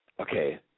okay